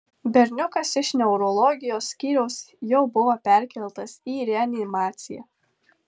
berniukas iš neurologijos skyriaus jau buvo perkeltas į reanimaciją